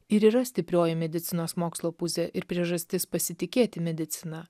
ir yra stiprioji medicinos mokslo pusė ir priežastis pasitikėti medicina